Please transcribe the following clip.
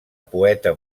poeta